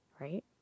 right